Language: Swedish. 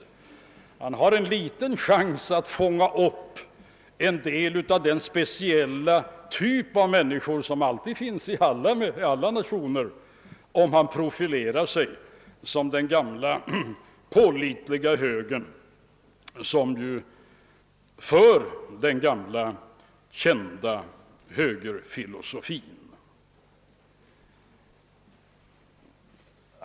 Men han har en liten chans att fånga upp en del av den speciella typ av människor som finns inom alla nationer om han profilerar sitt parti som den gamla pålitliga högern som står för den gamla kända högerfilosofin.